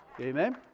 Amen